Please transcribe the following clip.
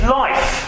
life